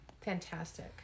fantastic